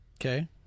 Okay